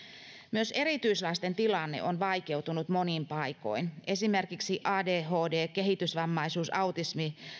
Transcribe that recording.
myös erityislasten tilanne on vaikeutunut monin paikoin esimerkiksi adhd kehitysvammaisuus autismi